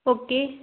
okay